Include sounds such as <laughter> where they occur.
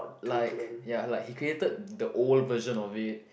like <breath> ya like he created the old version of it